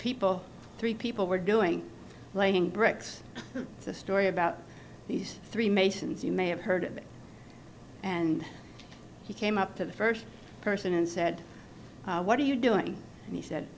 people three people were doing laying bricks it's a story about these three masons you may have heard of it and he came up to the first person and said what are you doing and he said